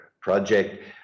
project